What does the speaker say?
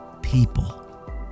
people